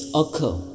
occur